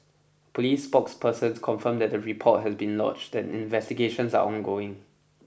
police spokesperson confirmed that the report has been lodged and investigations are ongoing